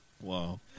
Wow